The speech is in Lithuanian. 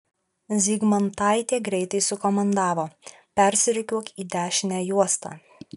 zygmantaitė greitai sukomandavo persirikiuok į dešinę juostą